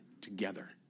together